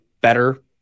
better